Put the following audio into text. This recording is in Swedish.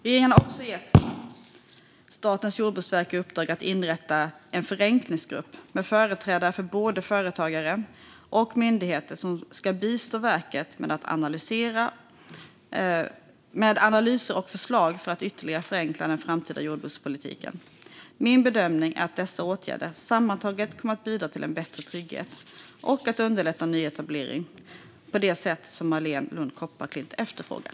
Regeringen har också gett Statens jordbruksverk i uppdrag att inrätta en förenklingsgrupp med företrädare för både företagare och myndigheter som ska bistå verket med analyser och förslag för att ytterligare förenkla den framtida jordbrukspolitiken. Min bedömning är att dessa åtgärder sammantaget kommer att bidra till en bättre trygghet och att underlätta nyetableringar på det sätt som Marléne Lund Kopparklint efterfrågar.